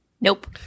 Nope